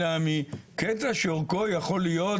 אלא מקטע שאורכו יכול להיות,